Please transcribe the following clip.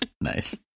Nice